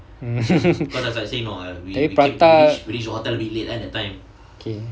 mm tapi prata okay